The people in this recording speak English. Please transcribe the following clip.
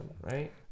right